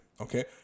okay